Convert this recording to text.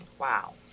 Wow